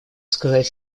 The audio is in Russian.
сказать